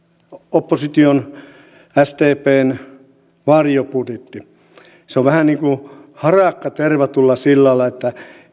opposition sdpn varjobudjetti se on vähän niin kuin harakka tervatulla sillalla